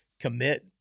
commit